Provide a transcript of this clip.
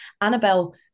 Annabelle